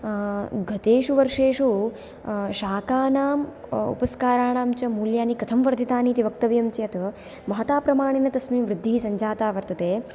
गतेषु वर्षेषु शाकानां उपस्काराणां च मूल्यानि कथं वर्धितानि इति वक्तव्यम् चेत् महता प्रमाणेन तस्मिन् वृद्धि सञ्जाता वर्तते